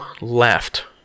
left